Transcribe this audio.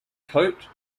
coat